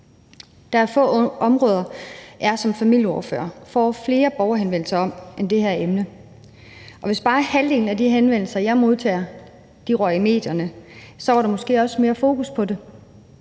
Der er få områder, som jeg som familieordfører får flere borgerhenvendelser om end det her emne, og hvis bare halvdelen af de henvendelser, jeg modtager, røg i medierne, så var der måske også mere fokus på det.